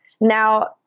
Now